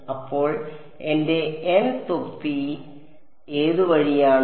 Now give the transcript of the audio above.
അപ്പോൾ എന്റെ n തൊപ്പി ഏത് വഴിയാണ്